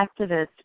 activist